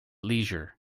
leisure